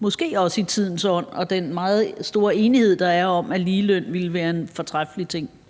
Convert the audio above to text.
måske også i tidens ånd og i forhold til den meget store enighed, der er, om, at ligeløn ville være en fortræffelig ting.